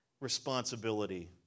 responsibility